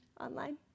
online